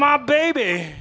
my baby